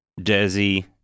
Desi